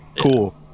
cool